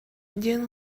диэн